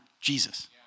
Jesus